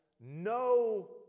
No